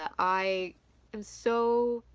ah i am so.